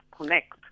Connect